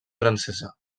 francesa